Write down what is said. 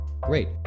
Great